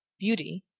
beauty,